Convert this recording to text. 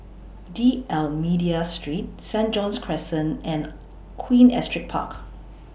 D'almeida Street Saint John's Crescent and Queen Astrid Park